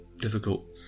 difficult